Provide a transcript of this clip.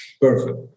perfect